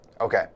Okay